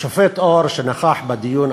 השופט אור, שנכח בדיון,